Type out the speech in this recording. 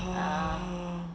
ah